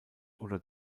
oder